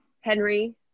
Henry